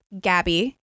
Gabby